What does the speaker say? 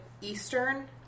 eastern